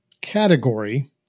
category